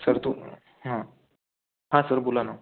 sir तू हं हां सर बोला ना